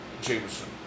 Jameson